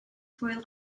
hwyl